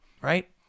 right